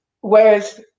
Whereas